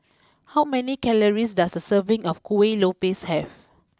how many calories does a serving of Kuih Lopes have